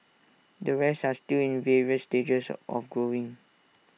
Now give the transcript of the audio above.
the rest are still in the various stages of growing